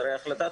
החלטת